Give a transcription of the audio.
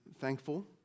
thankful